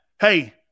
Hey